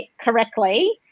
correctly